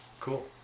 Cool